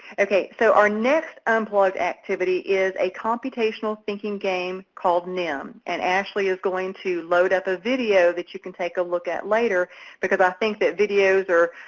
ok, so our next unplugged activity is a computational thinking game called nim, and ashley is going to load up a video that you can take a look at later because i think that videos are,